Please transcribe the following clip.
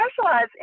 specialize